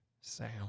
sound